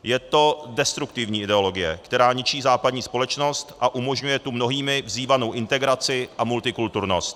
Je to destruktivní ideologie, která ničí západní společnost a umožňuje tu mnohými vzývanou integraci a multikulturnost.